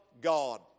God